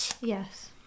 Yes